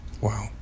Wow